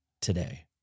today